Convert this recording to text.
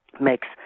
makes